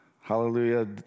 hallelujah